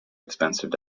expensive